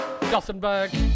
Gothenburg